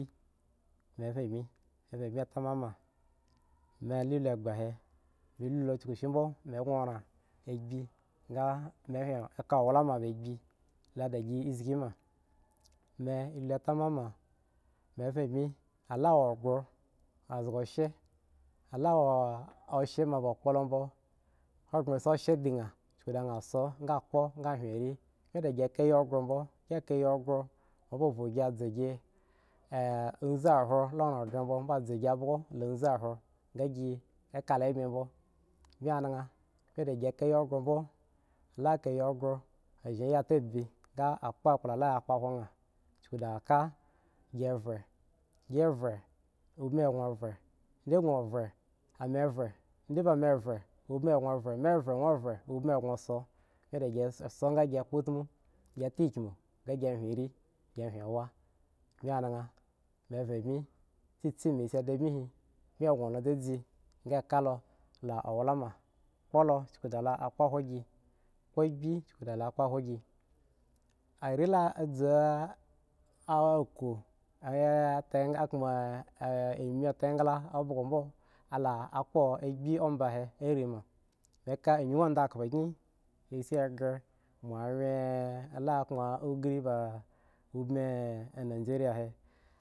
Me ven bmi me ven bmi tamama me la lu egba he ma lu lo chukushi mbo me gŋo raŋ agbi nga me hwin me ka owlama ba agbi la da gi zgi ma me lu tamama, me ven boni ala wo ghro azga shye ala wo oshye ma ba kpo lombo hogbren si oshye di nha chuku da nha zho nga kpo nga hwen vii bmi dagi kagi kayi ghro mbo, bmi kayi ghro, moa ba vhu gi tse gi eh vzi hwan la ranghre mbo moa ba tse gi abhgo la uzi hwan nga gi ka le bmi mbo bmi naŋ bmi dagi kayi ghro mbo. la kayi ghro a zhin ayi ta ebi nga akpo akpl la kpohwo nha chuku dna ka gi vhe ubin eggon vhe nda gŋo vhe ame vhe nda bame vhe ubin eggon vhe me vhe sŋo vhe ubin eggon so bmi da gi so nga gi kpoutmu gi takmu nga gi hwin rii gi hwin wa bmi da gi so ngagi kpo utmu gi takmu nga gi hwin rii gi hwin wa bmi anaŋ me ven bmi tsitsi me isi da bmi hi me gno me dzedze nga ka lo la kpohwo gi are la dzu ah aku eh tak kpaŋ eh ami taengla abhgombo la ah kpo agbi omba he ala irii ma. me ka anyuŋ andakhpo kyin isi ghre moawyen oh la kpaŋ ugri ba eh enigeria he.